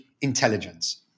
intelligence